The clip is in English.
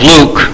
Luke